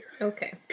Okay